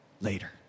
later